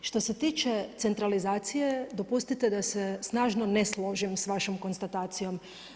Što se tiče centralizacije dopustite da se snažno ne složim sa vašom konstatacijom.